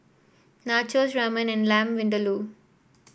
Nachos Ramen and Lamb Vindaloo